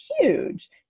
huge